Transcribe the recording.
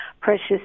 precious